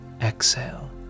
Exhale